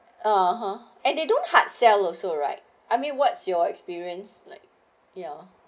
(uh huh) and they don't hard sell also right I mean what's your experience like ya